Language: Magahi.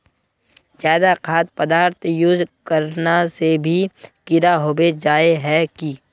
ज्यादा खाद पदार्थ यूज करना से भी कीड़ा होबे जाए है की?